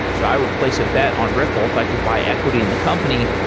so i would place a bet on ripple if i could buy equity in the company,